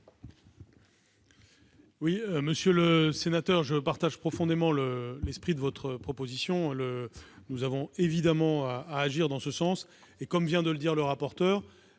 ? Monsieur le sénateur, je partage profondément l'esprit de votre proposition. Nous avons évidemment à agir dans ce sens. Comme vient de le dire le rapporteur,